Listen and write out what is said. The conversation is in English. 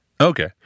Okay